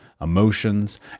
emotions